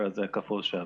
אז זה כפול שבע.